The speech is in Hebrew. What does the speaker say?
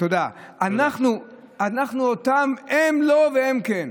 הם לא והם כן.